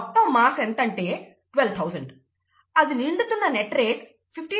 మొత్తం మాస్ ఎంతంటే 12000 అది నిండుతున్న నెట్ రేట్ 15